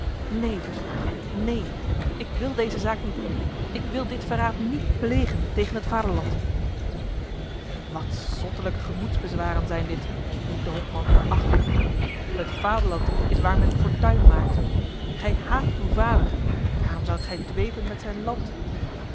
neen verzoeker neen ik wil deze zaak niet doen ik wil dit verraad niet plegen tegen het vaderland wat zottelijke gemoedsbezwaren zijn dit riep de hopman verachtend het vaderland is waar men fortuin maakt gij haat uw vader waarom zoudt gij dwepen met zijn land